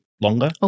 longer